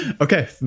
Okay